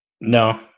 No